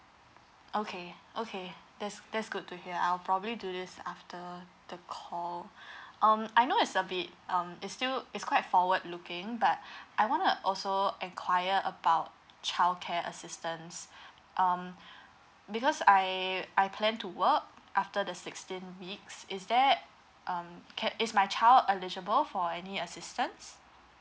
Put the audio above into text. okay okay that's that's good to hear I'll probably do this after the call um I know it's a bit um is still it's quite forward looking but I wanna also enquire about childcare assistance um because I I plan to work after the sixteen weeks is that um can is my child eligible for any assistance